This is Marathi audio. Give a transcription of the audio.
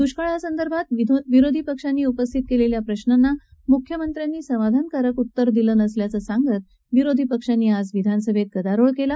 द्ष्काळासंदर्भात विरोधी पक्षांनी उपस्थीत केलेल्या प्रश्रांना मुख्यमंत्र्यांनी समाधानकारक उत्तर दिलं नसल्याचं सांगत विरोधी पक्षांनी गदारोळ केला